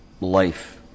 life